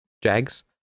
Jags